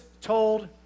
told